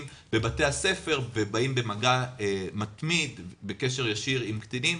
בבתי הספר ובאים במגע מתמיד ובקשר ישיר עם קטינים,